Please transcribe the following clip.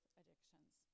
addictions